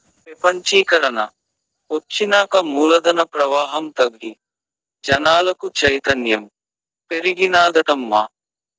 పెపంచీకరన ఒచ్చినాక మూలధన ప్రవాహం తగ్గి జనాలకు చైతన్యం పెరిగినాదటమ్మా